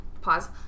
Pause